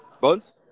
Bones